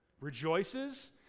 Rejoices